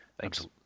thanks